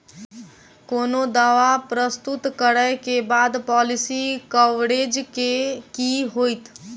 कोनो दावा प्रस्तुत करै केँ बाद पॉलिसी कवरेज केँ की होइत?